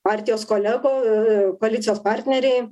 partijos kolego koalicijos partneriai